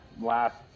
last